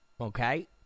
okay